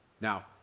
Now